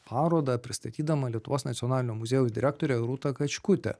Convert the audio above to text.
parodą pristatydama lietuvos nacionalinio muziejaus direktorė rūta kačkutė